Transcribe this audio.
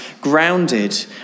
grounded